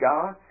God